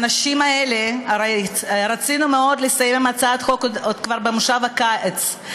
האנשים האלה הרי רצינו מאוד לסיים את הצעת החוק עוד במושב הקיץ,